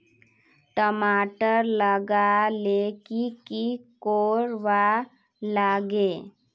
टमाटर लगा ले की की कोर वा लागे?